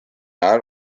ajal